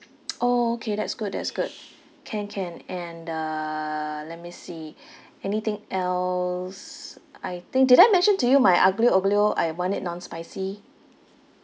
orh okay that's good that's good can can and uh let me see anything else I think did I mention to you my aglio oglio I want it non-spicy